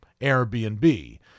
Airbnb